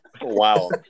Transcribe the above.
Wow